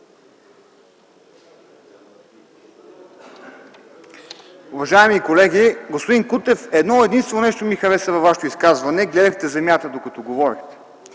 Уважаеми колеги, господин Кутев! Едно-единствено нещо ми хареса във Вашето изказване – гледахте в земята, докато говорехте.